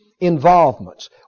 involvements